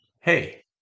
Hey